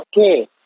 Okay